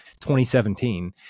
2017